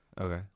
Okay